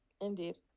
Indeed